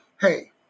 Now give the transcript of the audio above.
Hey